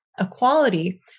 equality